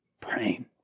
praying